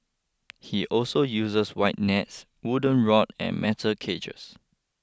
he also uses wide nets wooden rod and metal cages